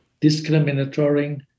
discriminatory